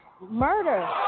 murder